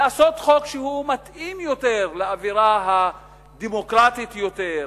לעשות חוק שמתאים יותר לאווירה הדמוקרטית יותר,